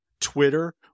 Twitter